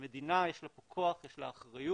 המדינה יש לה כוח, יש לה אחריות,